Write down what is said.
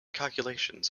calculations